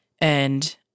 And-